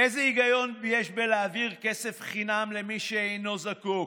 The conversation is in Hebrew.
איזה היגיון יש להעביר כסף חינם למי שאינו זקוק?